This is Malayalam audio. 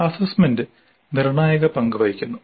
അസ്സസ്സ്മെന്റ് നിർണായക പങ്ക് വഹിക്കുന്നു